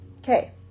okay